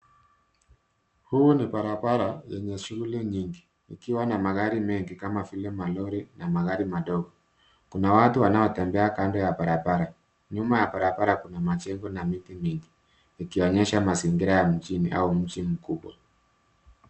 Huu ni barabara yenye shughuli nyingi ikiwa na magari mengi kama vile malori na magari madogo . Kuna watu wanaotembea kando ya barabara nyuma ya barabara kuna majengo na miti mingi ikionyesha mazingira ya mjini au mji mkubwa.